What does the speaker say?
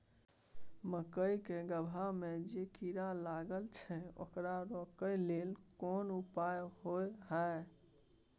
मकई के गबहा में जे कीरा लागय छै ओकरा रोके लेल कोन उपाय होय है?